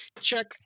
Check